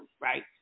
right